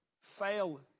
fail